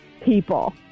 people